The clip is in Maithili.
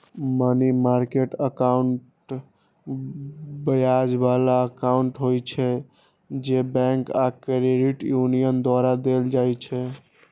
मनी मार्केट एकाउंट ब्याज बला एकाउंट होइ छै, जे बैंक आ क्रेडिट यूनियन द्वारा देल जाइ छै